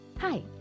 Hi